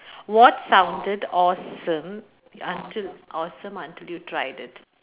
what sounded awesome until awesome until you tried it